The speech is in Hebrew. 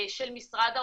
של משרד האוצר,